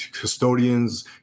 custodians